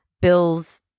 bills